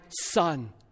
son